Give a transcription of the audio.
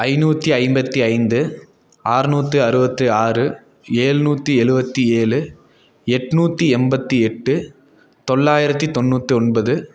ஐநூற்றி ஐம்பத்தி ஐந்து அறுநூத்தி அறுபத்தி ஆறு ஏழுநூத்தி எழுவத்தி ஏழு எட்நூற்றி எண்பத்தி எட்டு தொள்ளாயிரத்தி தொண்ணூற்றொன்பது